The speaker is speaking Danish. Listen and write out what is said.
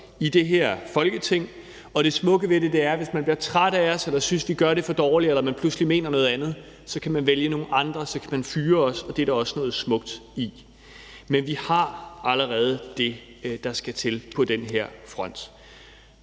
i det her Folketing. Og det smukke ved det er, at hvis man bliver træt af os eller synes, vi gør det for dårligt, eller man pludselig mener noget andet, så kan man vælge nogle andre, så kan man fyre os, og det er der også noget smukt i. Men vi har allerede det, der skal til på den her front.